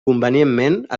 convenientment